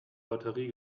lotterie